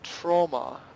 trauma